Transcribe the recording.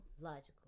logical